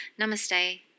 namaste